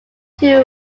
two